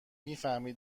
میفهمی